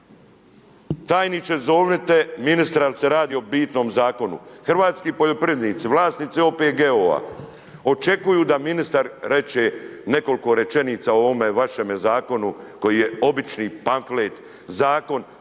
Tajniče, zovnite ministra jer se radi o bitnom zakonu. Hrvatski poljoprivrednici, vlasnici OPG-ova očekuju da ministar kaže nekoliko rečenica o ovome vašem Zakonu koji je obični pamflet. Zakon